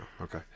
Okay